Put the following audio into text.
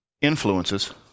influences